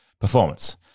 performance